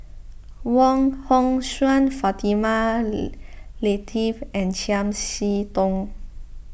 Wong Hong Suen Fatimah Lateef and Chiam See Tong